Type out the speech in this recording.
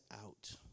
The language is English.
out